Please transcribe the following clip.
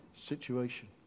situation